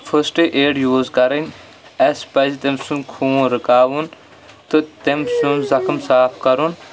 فسٹہٕ aid use کَرٕنۍ اَسہِ پَزِ تٔمۍ سُنٛد خوٗن رُکاوُن تہٕ تٔمۍ سنٛز زخم صاف کَرُن